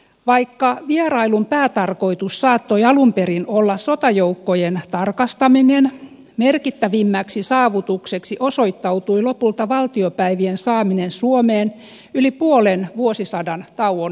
vaikka vierailun päätarkoitus saattoi alun perin olla sotajoukkojen tarkastaminen merkittävimmäksi saavutukseksi osoittautui lopulta valtiopäivien saaminen suomeen yli puolen vuosisadan tauon jälkeen